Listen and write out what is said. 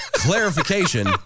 clarification